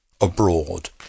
Abroad